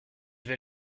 vais